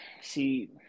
See